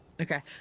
Okay